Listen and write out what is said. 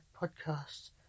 podcast